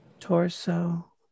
Torso